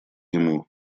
ему